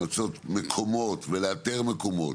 למצות מקומות ולאתר מקומות,